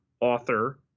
author